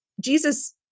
Jesus